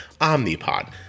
Omnipod